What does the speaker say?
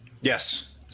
Yes